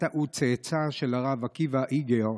נטע הוא צאצא של הרב עקיבא אייגר,